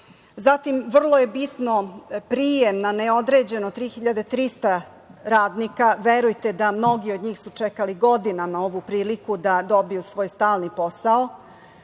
Zatim, vrlo je bitan prijem na određeno vreme, 3.300 radnika. Verujte, mnogi od njih su čekali godinama ovu priliku da dobiju svoj stalni posao